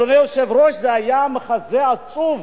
אדוני היושב-ראש, זה היה מחזה עצוב,